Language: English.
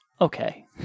okay